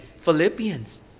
Philippians